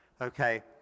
Okay